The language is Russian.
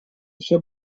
еще